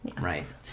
right